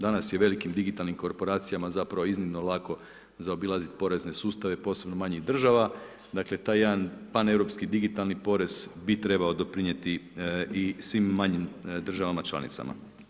Danas je velikim digitalnim koorporacijama zapravo iznimno lako zaobilazit porezne sustave posebno manjih država, dakle taj jedan paneuropski digitalni porez bi trebao doprinijeti i svim manjim državama članicama.